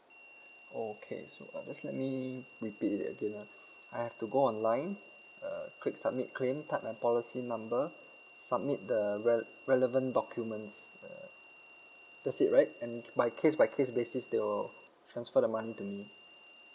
okay so uh just let me repeat it again ah I have to go online uh click submit claim type my policy number submit the rel~ relevant documents err that's it right and by case by case basis they will transfer the money to me